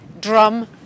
drum